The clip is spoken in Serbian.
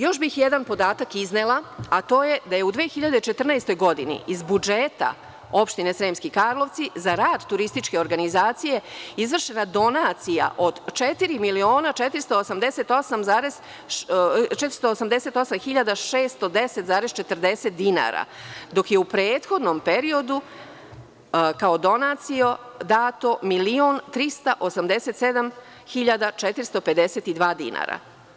Još bih jedan podatak iznela, a to je da je u 2014. godini, iz budžeta Opštine Sremski Karlovci, za rad TO izvršena donacija od 4.488.610,40 dinara, dok je u prethodnom periodu, kao donacija, dato 1.387.452 dinara.